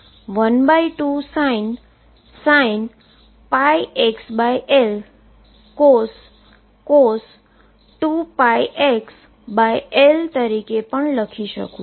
જે હું 12sin πxL 12sin πxL cos 2πxL તરીકે પણ લખી શકું છું